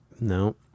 No